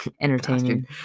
entertaining